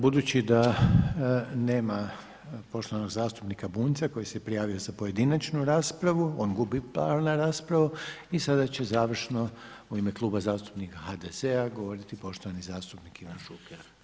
Budući da nema poštovanog zastupnika Bunjca, koji se prijavio za pojedinačnu raspravu, on gubi pravo na raspravu i sada će završno u ime Kluba zastupnika HDZ-a, govoriti poštovani zastupnik Ivan Šuker.